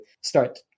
start